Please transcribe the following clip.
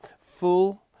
full